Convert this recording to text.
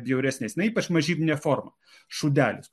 bjauresniais na ypač mažybine forma šūdelis